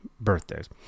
birthdays